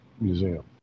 museum